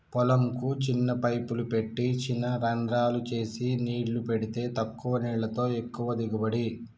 పొలం కు చిన్న పైపులు పెట్టి చిన రంద్రాలు చేసి నీళ్లు పెడితే తక్కువ నీళ్లతో ఎక్కువ దిగుబడి